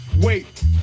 wait